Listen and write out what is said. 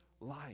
life